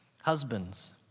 Husbands